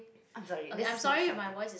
I'm sorry this is not shouting